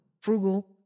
frugal